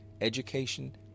education